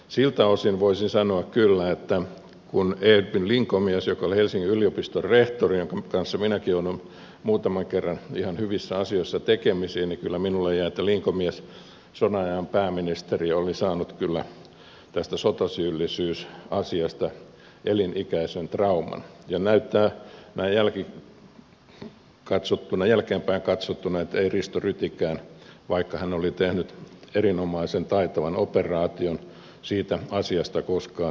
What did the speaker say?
siltä osin voisin sanoa kyllä että edwin linkomiehestä joka oli helsingin yliopiston rehtori jonka kanssa minäkin jouduin muutaman kerran ihan hyvissä asioissa tekemisiin minulle jäi sellainen kuva että linkomies sodanajan pääministeri oli saanut kyllä tästä sotasyyllisyysasiasta elinikäisen trauman ja näyttää näin jälkeenpäin katsottuna että ei risto rytikään vaikka hän oli tehnyt erinomaisen taitavan operaation siitä asiasta koskaan toipunut